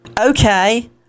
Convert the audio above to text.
Okay